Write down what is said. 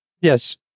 Yes